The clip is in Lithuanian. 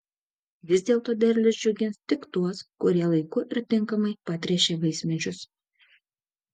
vis dėlto derlius džiugins tik tuos kurie laiku ir tinkamai patręšė vaismedžius